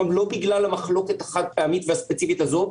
לא בגלל המחלוקת החד-פעמית והספציפית הזאת.